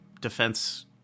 Defense